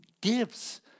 gives